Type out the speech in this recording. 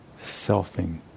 selfing